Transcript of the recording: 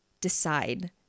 decide